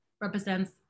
represents